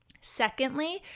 secondly